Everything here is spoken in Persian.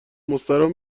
مستراح